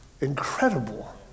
incredible